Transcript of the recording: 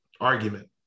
argument